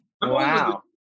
Wow